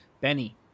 Benny